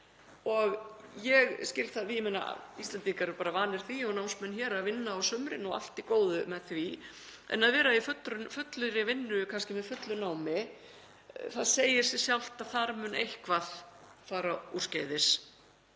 Ég skil það, Íslendingar eru bara vanir því og námsmenn hér að vinna á sumrin og allt í góðu með það en að vera í fullri vinnu kannski með fullu námi, það segir sig sjálft að þar mun eitthvað fara úrskeiðis.